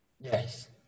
Yes